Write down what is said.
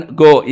go